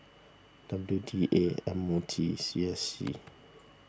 W D A M O T C S C